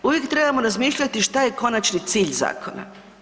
Uvijek trebamo razmišljati šta je konačni cilj zakona.